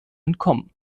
entkommen